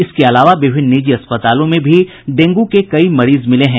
इसके अलावा विभिन्न निजी अस्पतालों में भी डेंगू के कई मरीज मिले हैं